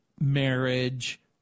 marriage